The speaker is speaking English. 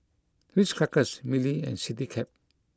Ritz Crackers Mili and Citycab